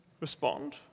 respond